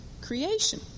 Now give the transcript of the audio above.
creation